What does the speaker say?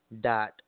dot